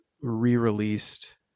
re-released